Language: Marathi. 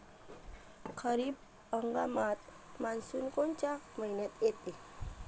खरीप हंगामात मान्सून कोनच्या मइन्यात येते?